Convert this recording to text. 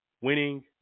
winning